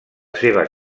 seva